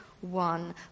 one